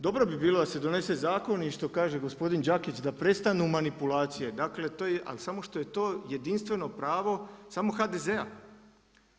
Dobro bi bilo da se donese zakon i što kaže gospodin Đakić da prestanu manipulacije, ali samo što je to jedinstveno pravo samo HDZ-a.